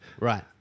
right